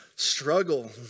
struggle